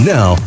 Now